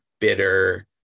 bitter